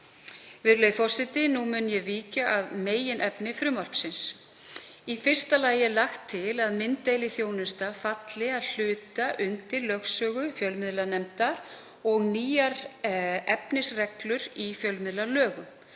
Virðulegi forseti. Nú mun ég víkja að meginefni frumvarpsins. Í fyrsta lagi er lagt til að mynddeiliþjónusta falli að hluta undir lögsögu fjölmiðlanefndar og nýjar efnisreglur í fjölmiðlalögum.